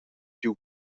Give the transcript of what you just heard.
giu